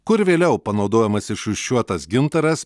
kur vėliau panaudojamas išrūšiuotas gintaras